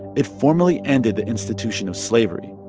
it formally ended the institution of slavery,